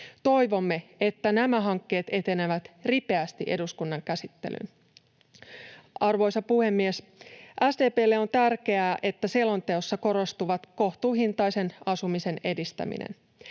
Toivomme, että nämä hankkeet etenevät ripeästi eduskunnan käsittelyyn. Arvoisa puhemies! SDP:lle on tärkeää, että selonteossa korostuvat kohtuuhintaisen asumisen edistäminen